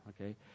Okay